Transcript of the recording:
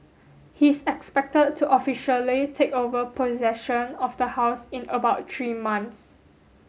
he is expected to officially take over possession of the house in about three months